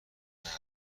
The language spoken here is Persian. روح